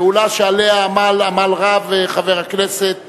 פעולה שעליה עמל עמל רב חבר הכנסת,